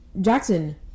jackson